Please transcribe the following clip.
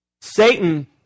Satan